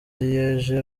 liège